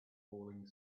falling